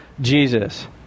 Jesus